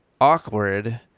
awkward